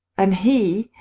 and he